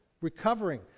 recovering